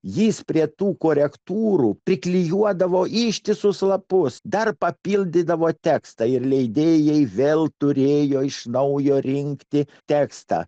jis prie tų korektūrų priklijuodavo ištisus lapus dar papildydavo tekstą ir leidėjai vėl turėjo iš naujo rinkti tekstą